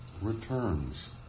returns